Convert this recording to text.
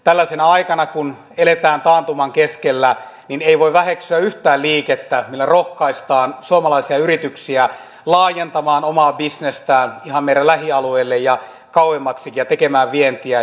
tällaisena aikana kun eletään taantuman keskellä ei voi väheksyä yhtään liikettä millä rohkaistaan suomalaisia yrityksiä laajentamaan omaa bisnestään ihan meidän lähialueellemme ja kauemmaksikin ja tekemään vientiä